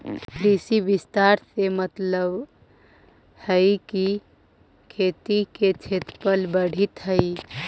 कृषि विस्तार से मतलबहई कि खेती के क्षेत्रफल बढ़ित हई